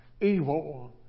evil